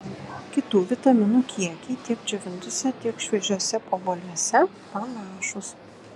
kitų vitaminų kiekiai tiek džiovintuose tiek šviežiuose obuoliuose panašūs